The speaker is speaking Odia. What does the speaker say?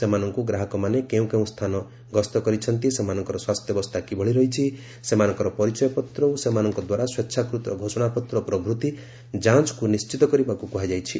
ସେମାନଙ୍କୁ ଗ୍ରାହକମାନେ କେଉଁ କେଉଁ ସ୍ଥାନ ଗସ୍ତ କରିଛନ୍ତି ସେମାନଙ୍କର ସ୍ୱାସ୍ଥ୍ୟାବସ୍ଥା କିଭଳି ରହିଛି ସେମାନଙ୍କର ପରିଚୟପତ୍ର ଓ ସେମାନଙ୍କ ଦ୍ୱାରା ସ୍ୱେଚ୍ଛାକୃତ ଘୋଷଣାପତ୍ର ପ୍ରଭୃତି ଯାଞ୍ଚକୁ ନିଶ୍ଚିତ କରିବାକୁ କୁହାଯାଇଛି